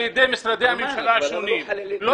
שכונות חיילים משוחררים ממומן על ידי משרדי הממשלה השונים.